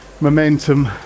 momentum